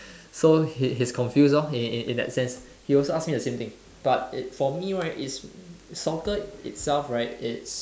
so he he's confused lor in in that sense he also ask me the same thing but for me right is soccer itself right it's